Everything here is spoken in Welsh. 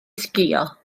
sgïo